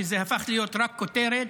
שזה הפך להיות רק כותרת,